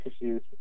issues